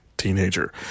Teenager